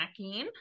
snacking